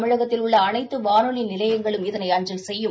தமிழகத்தில் உள்ளஅனைத்துவானொலிநிலையங்களும் இதனை அஞ்சல் செய்யும்